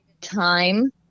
time